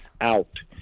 out